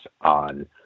on